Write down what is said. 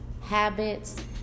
habits